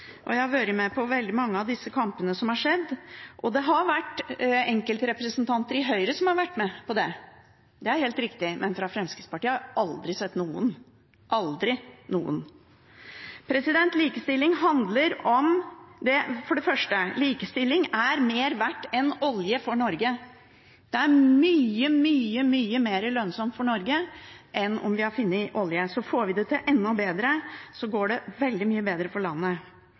og jeg har vært med på veldig mange av de kampene som har vært, og det har vært enkeltrepresentanter fra Høyre som har vært med på dem. Det er helt riktig. Men fra Fremskrittspartiet har jeg aldri sett noen – aldri noen. For det første: Likestilling er mer verdt enn olje for Norge. Det er mye, mye, mye mer lønnsomt for Norge enn at vi har funnet olje. Får vi det til enda bedre, går det veldig mye bedre for landet.